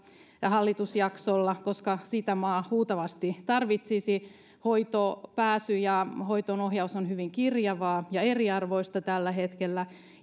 hallitusjaksolla koska sitä maa huutavasti tarvitsisi hoitoon pääsy ja hoitoon ohjaus on hyvin kirjavaa ja eriarvoista tällä hetkellä